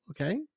okay